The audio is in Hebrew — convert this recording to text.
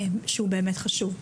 שהוא באמת חשוב.